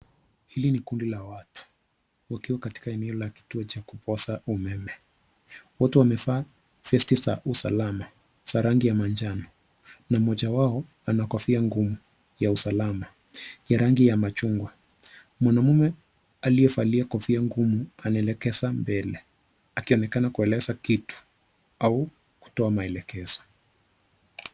Hili ni kundi la watu wakiwa katika eneo la kituo cha kupoza umeme. Watu wamevaa vesti za usalama za rangi ya manjano na mmoja wao ana kofia ngumu ya usalama ya rangi ya machungwa. Mwanaume aliyevalia kofia ngumu anaelekeza mbele akionekana kueleza kitu au kutoa maelekezo.